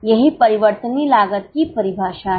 यही परिवर्तनीय लागत की परिभाषा है